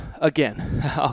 again